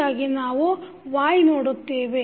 ಹೀಗಾಗಿ ನಾವು y ನೋಡುತ್ತೇವೆ